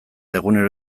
egunero